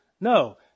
No